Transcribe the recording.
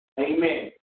amen